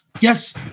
Yes